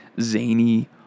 zany